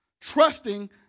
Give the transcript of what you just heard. trusting